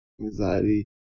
anxiety